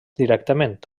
directament